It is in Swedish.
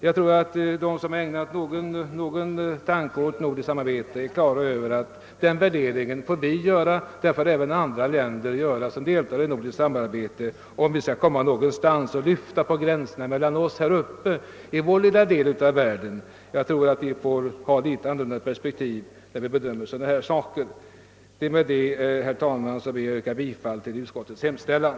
Jag tror att de som ägnat någon tanke åt nordiskt samarbete är på det klara med att den värderingen får vi göra och den får man göra även i andra länder som deltar i nordiskt samarbete, om det skall bli möjligt att komma någonstans och lyfta på gränserna mellan oss här uppe i vår lilla del av världen. Vi måste alltså ha ett något annorlunda perspektiv när vi bedömer sådana här saker. Herr talman! Det är med denna motivering som jag yrkar bifall till utskottets' hemställan.